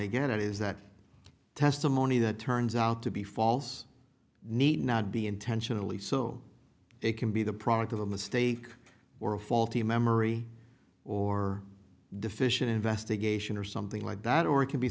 to get at is that testimony that turns out to be false need not be intentionally so it can be the product of a mistake or a faulty memory or deficient investigation or something like that or it c